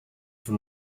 from